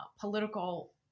political